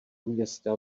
města